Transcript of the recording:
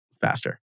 faster